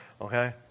Okay